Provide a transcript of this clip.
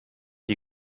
die